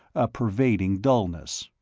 a pervading dullness.